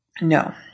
No